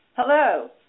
Hello